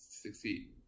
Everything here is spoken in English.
succeed